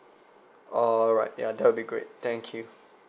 alright ya that will be great thank you